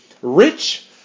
rich